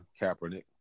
Kaepernick